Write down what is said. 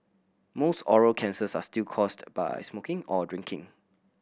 most oral cancers are still caused by smoking or drinking